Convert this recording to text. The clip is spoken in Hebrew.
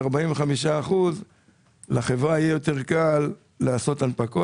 אך בתוך 18 חודשים מצבה של אל על לא היה מאושש מספיק,